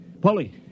Polly